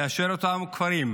לאשר את אותם כפרים,